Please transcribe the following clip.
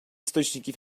источники